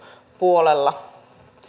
puolella